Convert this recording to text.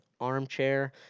ARMchair